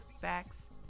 facts